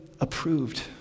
approved